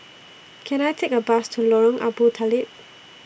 Can I Take A Bus to Lorong Abu Talib